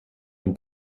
ein